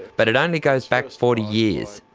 but it only goes back forty years.